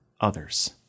others